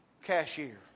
Cashier